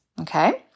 okay